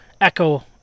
echo